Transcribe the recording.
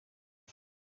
bwe